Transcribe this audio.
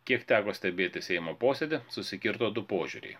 kiek teko stebėti seimo posėdį susikirto du požiūriai